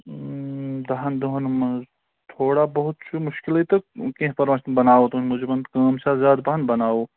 دَہَن دۄہَن منٛز تھوڑا بہت چھُ مُشکِلٕے تہٕ کیٚنٛہہ پَرواے بَناوو تُہٕنٛدۍ موٗجوٗبَن کٲم چھِ آز زیادٕ پَہَن بَناوو